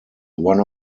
one